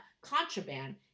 contraband